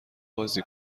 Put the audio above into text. بازی